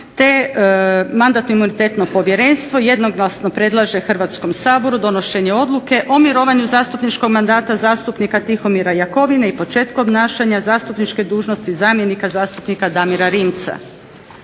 te Mandatno-imunitetno povjerenstvo jednoglasno predlaže Hrvatskom saboru donošenje Odluke o mirovanju zastupničkog mandata zastupnika Tihomira Jakovine i početku obnašanja zastupničke dužnosti zamjenika zastupnika Damira Rimca.